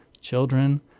Children